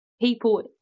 people